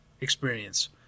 experience